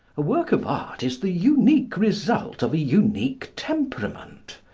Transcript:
a work of art is the unique result of a unique temperament.